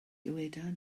dyweda